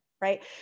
right